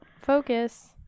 Focus